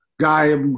guy